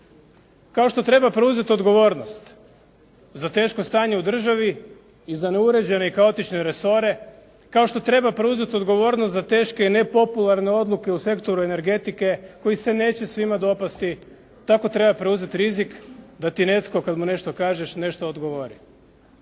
Kao što treba preuzeti odgovornost za teško stanje u državi i za neuređene i kaotične resore, kao što treba preuzeti odgovornost za teške i nepopularne odluke u sektoru energetike koji se neće svima dopasti, tako treba preuzeti rizik da ti netko kad mu nešto kažeš, nešto odgovori.